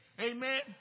Amen